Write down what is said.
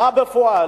מה בפועל?